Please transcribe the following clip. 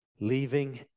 Leaving